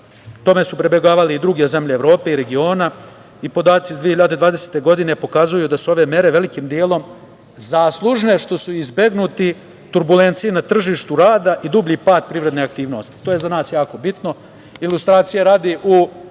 tome su pribegavale i druge zemlje Evrope i regiona. Podaci iz 2020. godine pokazuju da su ove mere velikim delom zaslužne što su izbegnute turbulencije na tržištu rada i dublji pad privrednih aktivnosti. To je za nas jako bitno.